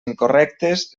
incorrectes